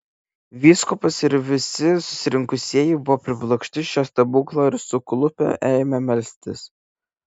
vyskupas ir visi susirinkusieji buvo priblokšti šio stebuklo ir suklupę ėmė melstis